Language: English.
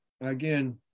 again